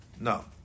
No